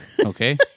Okay